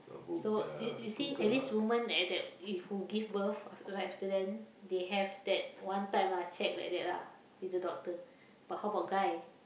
so you you see at least women at that if who give birth after right then they have that one time lah check like that ah with the doctor but how about guy